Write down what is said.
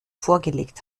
vorgelegt